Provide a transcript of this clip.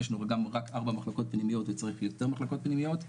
יש לנו רק ארבע מחלקות פנימיות וצריך יותר מחלקות פנימיות,